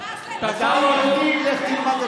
אבל תתרגם לי.